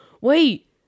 wait